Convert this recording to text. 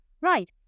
right